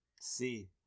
Si